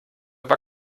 war